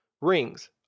Rings